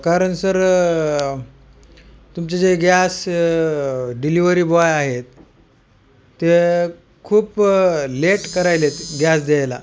कारण सर तुमचे जे गॅस डिलिवरी बॉय आहेत ते खूप लेट करायलेत गॅस द्यायला